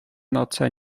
noce